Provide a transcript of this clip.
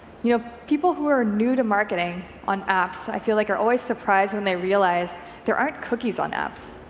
you know people who are new to marketing on apps i feel like are always surprised when they realize there aren't cookies on apps.